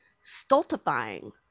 stultifying